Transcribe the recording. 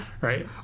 right